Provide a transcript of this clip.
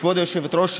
כבוד היושבת-ראש,